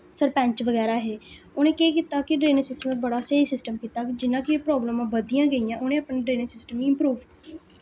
सरपैंच बगैरा हे उ'नें केह् कीता कि ड्रेनेज सिस्टम बड़ा स्हेई सिस्टम कीता जि'यां कि प्राबल्मां बददियां गेइयां उ'नें अपना ड्रेनेज़ सिस्टम गी इंप्रूव